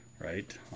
Right